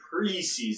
preseason